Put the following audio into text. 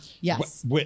Yes